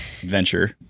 venture